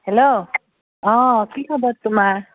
hello অঁ কি খবৰ তোমাৰ